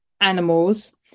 animals